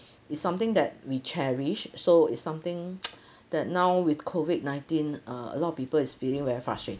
it's something that we cherish so is something that now with COVID nineteen uh a lot of people is feeling very frustrated